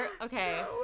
okay